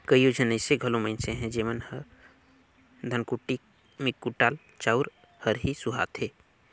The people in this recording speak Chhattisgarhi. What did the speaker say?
कइयो झन अइसे घलो मइनसे अहें जेमन ल धनकुट्टी में कुटाल चाँउर हर ही सुहाथे